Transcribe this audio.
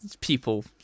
people